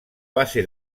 base